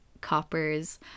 coppers